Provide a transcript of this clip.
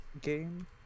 game